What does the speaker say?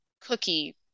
cookie